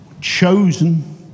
Chosen